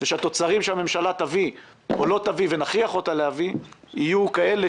ושהתוצרים שהממשלה תביא או לא תביא ונכריח אותה להביא יהיו כאלה